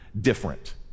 different